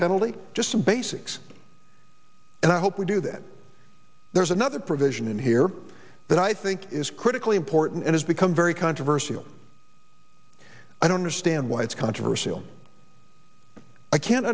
penalty just some basics and i hope we do that there's another provision in here that i think is critically important and has become very controversial i don't understand why it's controversial i can